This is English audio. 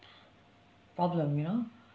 problem you know